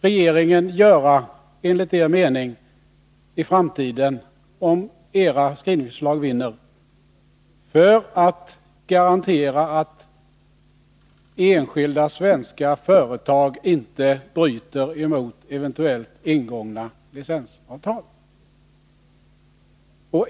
regeringen enligt er mening göra i framtiden, om era skrivningsförslag vinner, för att garantera att enskilda svenska företag inte bryter mot eventuellt ingångna licensavtal?